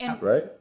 Right